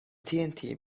tnt